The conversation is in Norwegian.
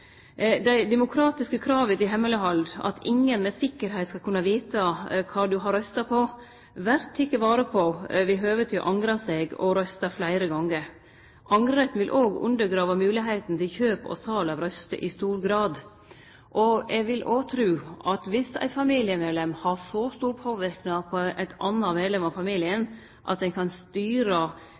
demokratiske kravet til hemmeleghald – at ingen med sikkerheit skal kunne vite kva du har røysta på – vert teke vare på ved høvet til å angre seg og røyste fleire gonger. Angreretten vil òg undergrave moglegheita til kjøp og sal av røyster i stor grad. Eg vil òg tru at dersom ein familiemedlem har så stor påverknad på ein annan medlem av familien at ein kan